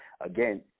Again